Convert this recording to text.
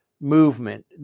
movement